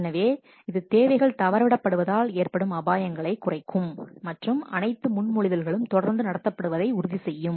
எனவே இது தேவைகள் தவறவிடப்படுவதால் ஏற்படும் அபாயங்களைக் குறைக்கும் மற்றும் அனைத்து முன்மொழிதல்களும் தொடர்ந்து நடத்தப்படுவதை உறுதி செய்யும்